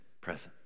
presence